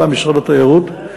הפעם משרד התיירות,